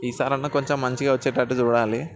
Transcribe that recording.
ఈసారి అయినా కొంచెం మంచిగా వచ్చేటట్లు చూడాలి